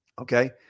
Okay